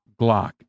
Glock